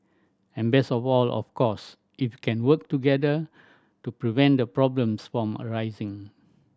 and best of all of course if you can work together to prevent the problems from arising